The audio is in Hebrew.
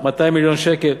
200 מיליון שקל.